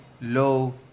low